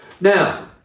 Now